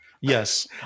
Yes